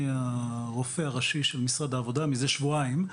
אני הרופא הראשי של משרד העבודה מזה שבועיים.